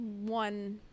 one